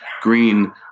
Green